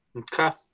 okay.